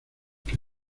que